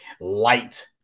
light